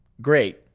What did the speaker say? Great